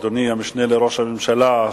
אדוני המשנה לראש הממשלה,